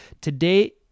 today